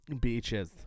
Beaches